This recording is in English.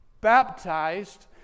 baptized